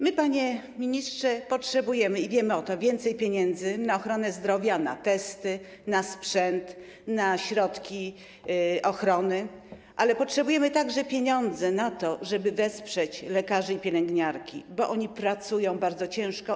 My, panie ministrze, potrzebujemy, i wiemy o tym, więcej pieniędzy na ochronę zdrowia, na testy, na sprzęt, na środki ochrony, ale potrzebujemy także pieniędzy na to, żeby wesprzeć lekarzy i pielęgniarki, bo oni pracują bardzo ciężko.